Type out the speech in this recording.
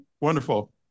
wonderful